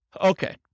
Okay